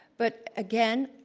but again,